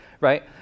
right